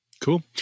Cool